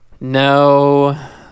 no